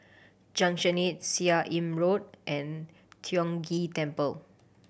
Junction Eight Seah Im Road and Tiong Ghee Temple